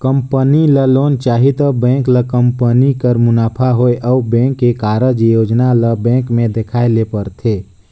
company ल loan चाही त बेंक ल कंपनी कर मुनाफा होए अउ बेंक के कारज योजना ल बेंक में देखाए ले परथे